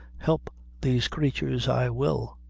help these creatures i will.